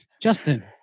Justin